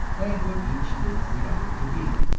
and what each thinks the other to be.